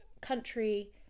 country